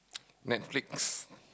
Netflix